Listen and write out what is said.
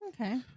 Okay